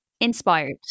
inspired